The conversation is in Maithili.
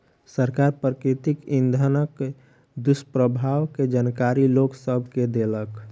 सरकार प्राकृतिक इंधनक दुष्प्रभाव के जानकारी लोक सभ के देलक